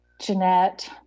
Jeanette